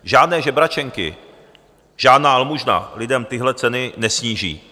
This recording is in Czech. Žádné žebračenky, žádná almužna lidem tyhle ceny nesníží.